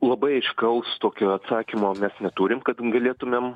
labai aiškaus tokio atsakymo mes neturim kad galėtumėm